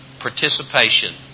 participation